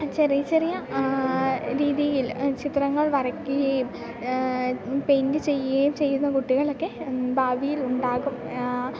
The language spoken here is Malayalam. ചെറിയ ചെറിയ രീതിയിൽ ചിത്രങ്ങൾ വരക്കുകയും പെയിൻ്റ് ചെയ്യുകയും ചെയ്യുന്ന കുട്ടികളൊക്കെ ഭാവിയിൽ ഉണ്ടാകും